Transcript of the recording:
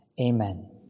amen